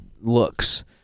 looks